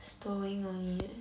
stowing only eh